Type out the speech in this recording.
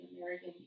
American